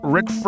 Rick